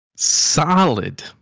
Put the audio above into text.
Solid